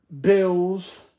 Bills